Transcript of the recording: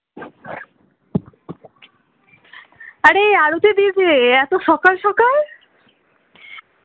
আরে আরতিদি যে এতো সকাল সকাল